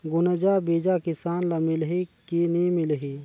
गुनजा बिजा किसान ल मिलही की नी मिलही?